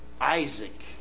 Isaac